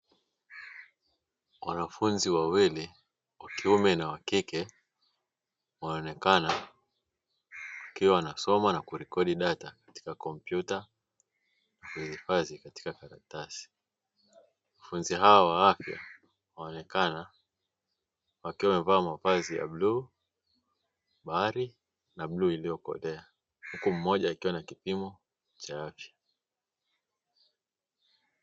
Wanafunzi wawili wa kiume na wa kike wanaonekana wanasoma na kurekodi data katika kompyuta na kuhifadhi katika karatasi. Wanafunzi hawa wa afya wanaonekana wakiwa wamevaa mavazi ya bluu bahari na bluu iliyokolea , huku mmoja akiwa na kipimo cha afya.